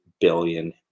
billion